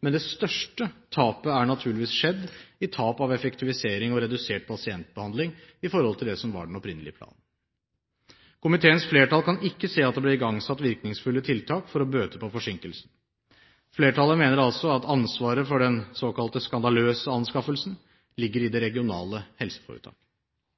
men det største tapet er naturligvis skjedd i form av mindre effektivisering og redusert pasientbehandling i forhold til det som var den opprinnelige planen. Komiteens flertall kan ikke se at det ble igangsatt virkningsfulle tiltak for å bøte på forsinkelsen. Flertallet mener altså at ansvaret for den såkalt skandaløse anskaffelsen ligger i det regionale